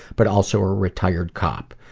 but also a retired cop.